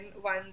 one